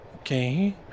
Okay